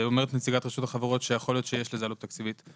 ואומרת נציגת רשות החברות שיכול להיות שיש לזה עלות תקציבית.